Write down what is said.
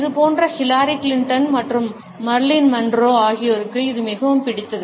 இது போன்ற Hillary Clinton மற்றும் மர்லின் மன்றோ ஆகியோருக்கு இது மிகவும் பிடித்தது